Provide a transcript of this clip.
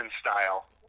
style